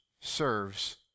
serves